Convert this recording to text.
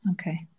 Okay